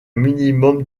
minimum